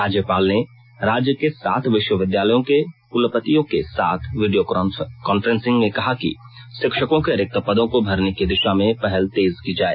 राज्यपाल ने राज्य के सात विश्वविद्यालयों के कलपतियों के साथ वीडियो कांफ्रेंसिंग में कहा कि शिक्षकों के रिक्त पदों को भरने की दिशा में पहल तेज की जाए